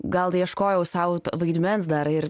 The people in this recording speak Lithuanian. gal ieškojau sau vaidmens dar ir